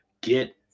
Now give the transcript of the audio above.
get